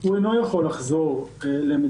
הוא אינו יכול לחזור לישראל,